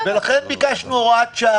וגם על בסיס של שליש בסיטואציה